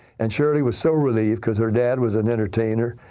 and shirley was so relieved because her dad was an entertainer,